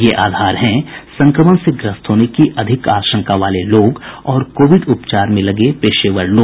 ये आधार हैं संक्रमण से ग्रस्त होने की अधिक आशंका वाले लोग और कोविड उपचार में लगे पेशेवर लोग